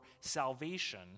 salvation